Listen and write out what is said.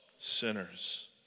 sinners